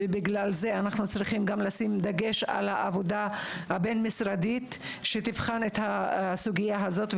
ולכן אנחנו צריכים לשים דגש על העבודה הבין משרדית שתבחן את הסוגיה הזו.